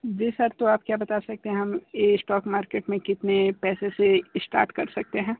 जी sir तो आप क्या बता सकते हैं हम स्टॉक मार्केट में कितने पैसे से स्टार्ट कर सकते हैं